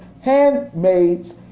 handmaids